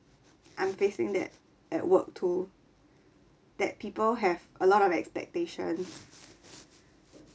I'm facing that at work too that people have a lot of expectations